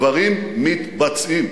דברים מתבצעים.